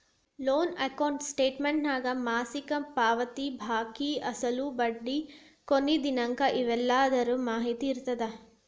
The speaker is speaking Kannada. ಲೋನ್ ಅಕೌಂಟ್ ಸ್ಟೇಟಮೆಂಟ್ನ್ಯಾಗ ಮಾಸಿಕ ಪಾವತಿ ಬಾಕಿ ಅಸಲು ಬಡ್ಡಿ ಕೊನಿ ದಿನಾಂಕ ಇವೆಲ್ಲದರ ಮಾಹಿತಿ ಇರತ್ತ